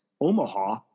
Omaha